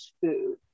food